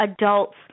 adults